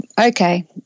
okay